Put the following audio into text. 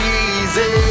easy